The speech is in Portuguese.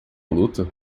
luta